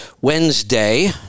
Wednesday